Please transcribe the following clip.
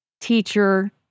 teacher